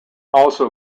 also